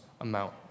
amount